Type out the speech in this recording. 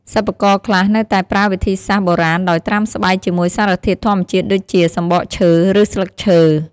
សិប្បករខ្លះនៅតែប្រើវិធីសាស្រ្តបុរាណដោយត្រាំស្បែកជាមួយសារធាតុធម្មជាតិដូចជា សំបកឈើ ឬស្លឹកឈើ។